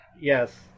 Yes